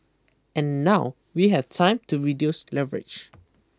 and now we have time to reduce leverage